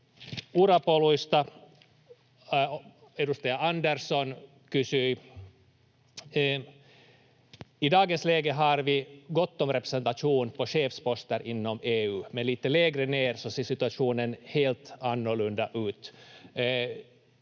Urapoluista edustaja Andersson kysyi. I dagens läge har vi gott om representation på chefsposter inom EU, men lite lägre ner ser situationen helt annorlunda ut.